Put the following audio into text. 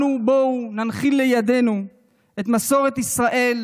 בואו ננחיל לילדינו את מסורת ישראל